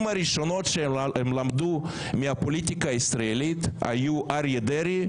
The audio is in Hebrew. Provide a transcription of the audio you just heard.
הראשונות שהם למדו מהפוליטיקה הישראלית היו אריה דרעי,